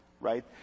Right